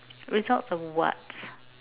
result of what